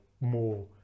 more